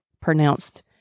pronounced